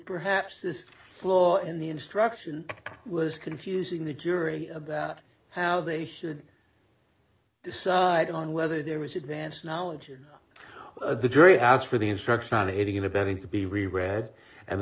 perhaps this flaw in the instruction was confusing the jury how they should decide on whether there was advance knowledge or the jury asked for the instruction on aiding and abetting to be read and the